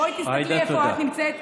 עאידה, תודה.